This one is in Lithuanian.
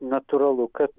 natūralu kad